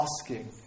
asking